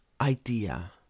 idea